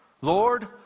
Lord